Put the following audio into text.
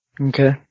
Okay